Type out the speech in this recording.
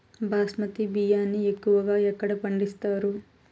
బాస్మతి బియ్యాన్ని ఎక్కువగా ఎక్కడ పండిస్తారు?